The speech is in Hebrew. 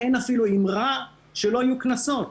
אין אפילו אמירה שלא יהיו קנסות.